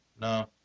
no